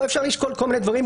פה אפשר לשקול כל מיני דברים.